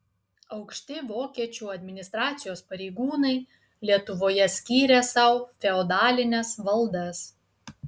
aukšti vokiečių administracijos pareigūnai lietuvoje skyrė sau feodalines valdas